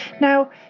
Now